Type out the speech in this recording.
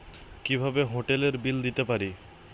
কিভাবে হোটেলের বিল দিতে পারি?